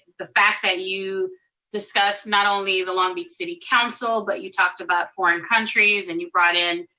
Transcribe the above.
the fact that you discussed not only the long beach city council, but you talked about foreign countries, and you brought in